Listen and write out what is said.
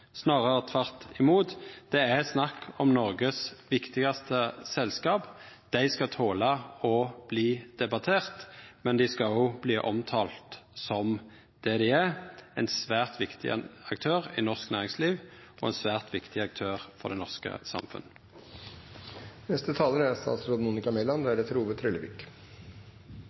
Snarare tvert imot – det er snakk om Noregs viktigaste selskap, og dei skal tåla å verta debatterte, men dei skal òg verta omtalte som det dei er: ein svært viktig aktør i norsk næringsliv og ein svært viktig aktør for det norske